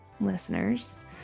listeners